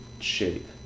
shape